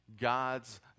God's